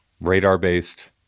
radar-based